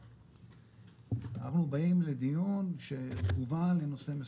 אנחנו באים לדיון שכוון לנושא מסויים.